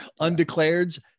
Undeclareds